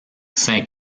saint